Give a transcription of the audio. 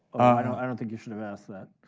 i don't i don't think you should've asked that.